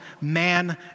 man